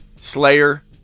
Slayer